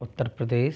Uttar Pradesh